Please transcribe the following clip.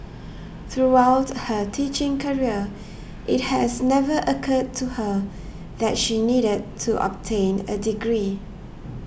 throughout her teaching career it has never occurred to her that she needed to obtain a degree